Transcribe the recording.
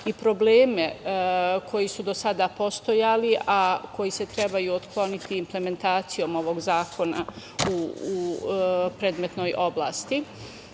i probleme koji su do sada postojali, a koji se trebaju otkloniti implementacijom ovog zakona u predmetnoj oblasti. Nekoliko